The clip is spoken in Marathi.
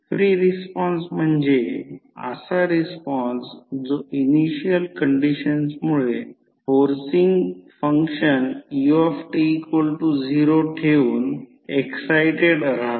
फ्री रिस्पॉन्स म्हणजे असा रिस्पॉन्स जो इनिशियल कंडिशन्समुळे फोर्सिन्ग फंक्शन ut0 ठेवून एक्सायटेड राहतो